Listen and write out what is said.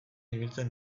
ibiltzen